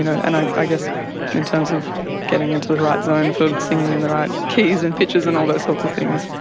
you know and i i guess in terms of getting into the right zone for singing in the right keys and pitches and all those sorts of things,